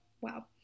Wow